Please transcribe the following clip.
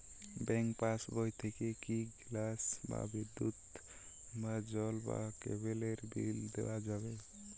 Bank পাশবই থেকে কি গ্যাস বা বিদ্যুৎ বা জল বা কেবেলর বিল দেওয়া যাবে?